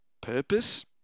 purpose